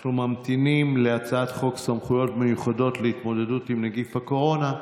אנחנו ממתינים להצעת חוק סמכויות מיוחדות להתמודדות עם נגיף הקורונה.